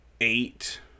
eight